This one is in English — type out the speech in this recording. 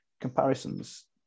comparisons